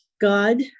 God